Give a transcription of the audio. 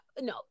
no